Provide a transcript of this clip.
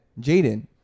Jaden